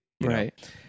right